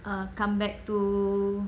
err come back to